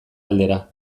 aldera